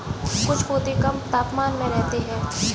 कुछ पौधे कम तापमान में रहते हैं